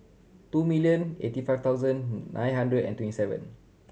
two million eighty five thousand nine hundred and twenty seven